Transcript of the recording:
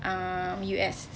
um U_S